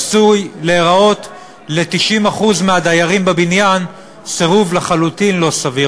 עשוי להיראות ל-90% מהדיירים בבניין סירוב לחלוטין לא סביר.